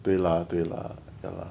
对 lah 对 lah ya